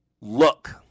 look